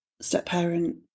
step-parent